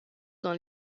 dans